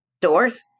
Doors